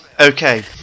Okay